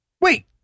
Wait